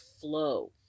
flow